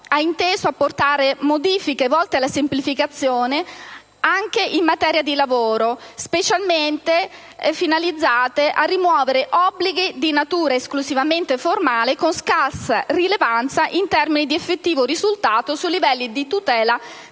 ha inteso apportare modifiche volte alla semplificazione anche in materia di lavoro, specialmente finalizzate a rimuovere obblighi di natura esclusivamente formale con scarsa rilevanza in termini di effettivo risultato sui livelli di tutela della